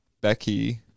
Becky